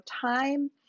time